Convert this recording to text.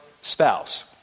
spouse